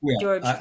George